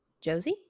Josie